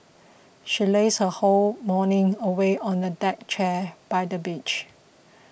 she lazed her whole morning away on a deck chair by the beach